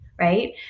right